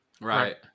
right